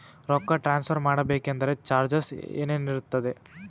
ರೊಕ್ಕ ಟ್ರಾನ್ಸ್ಫರ್ ಮಾಡಬೇಕೆಂದರೆ ಚಾರ್ಜಸ್ ಏನೇನಿರುತ್ತದೆ?